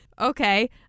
Okay